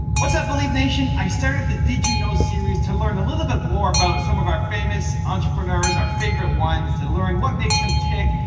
what's up, believe nation? i started the did you know series to learn a little bit more about some of our famous entrepreneurs, our favorite ones, to learn what makes them tick,